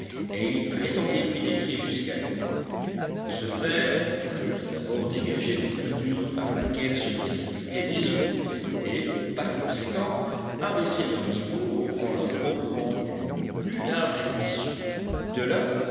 et il prétendait pénétrer jusqu'à elle pour ce faire il fallait tout d'abord dégager l'ouverture par laquelle se précipitaient les eaux et par conséquent abaisser leur niveau en leur procurant une plus large issue de là